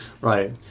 Right